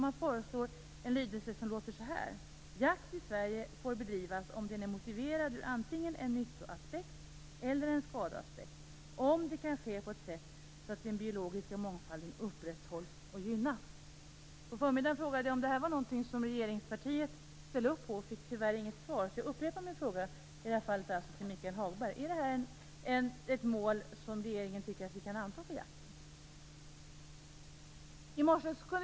Man föreslår denna lydelse: Jakt i Sverige får bedrivas om den är motiverad ur antingen en nyttoaspekt eller en skadeaspekt, om det kan ske på ett sätt så att den biologiska mångfalden upprätthålls och gynnas. På förmiddagen frågade jag om det här var någonting som regeringspartiet ställer upp på. Jag fick tyvärr inget svar, så jag upprepar min fråga, i det här fallet till Michael Hagberg: Är det här ett mål som regeringen tycker att vi kan anta för jakten?